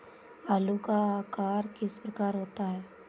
आलू का आकार किस प्रकार का होता है?